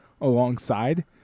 alongside